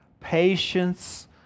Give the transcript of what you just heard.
patience